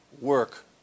work